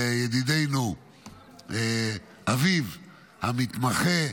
לידידנו אביב המתמחה,